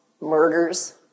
murders